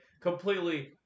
completely